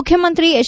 ಮುಖ್ಯಮಂತ್ರಿ ಹೆಚ್